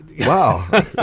Wow